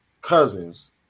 cousins